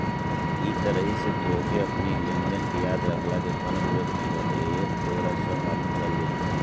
इ तरही से तोहके अपनी लेनदेन के याद रखला के कवनो जरुरत नाइ बाटे इहवा तोहके सब मालुम चल जाई